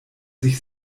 sich